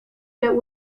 der